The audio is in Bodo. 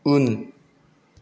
उन